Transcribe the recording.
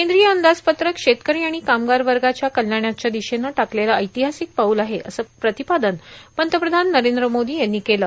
केंद्रीय अंदाज पत्रक शेतकरी आणि कामगार वर्गाच्या कल्याणाच्या दिशेनं टाकलेलं ऐतिहासिक पाऊल आहे असं प्रतिपादन पंतप्रधान नरेंद्र मोदी यांनी केलं